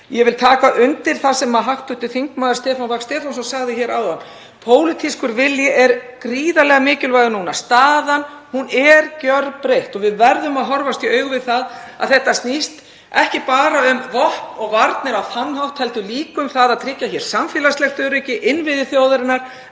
Ég vil taka undir það sem hv. þm. Stefán Vagn Stefánsson sagði áðan, pólitískur vilji er gríðarlega mikilvægur núna. Staðan er gjörbreytt og við verðum að horfast í augu við að þetta snýst ekki bara um vopn og varnir á þann hátt heldur líka um að tryggja samfélagslegt öryggi, innviði þjóðarinnar,